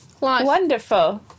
Wonderful